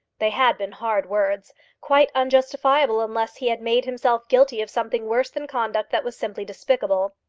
they had been hard words quite unjustifiable unless he had made himself guilty of something worse than conduct that was simply despicable.